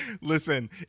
listen